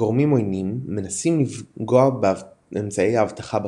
"גורמים עוינים מנסים לפגוע באמצעי האבטחה בכנסת",